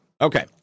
Okay